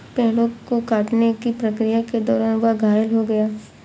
पेड़ों को काटने की प्रक्रिया के दौरान वह घायल हो गया